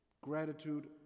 Gratitude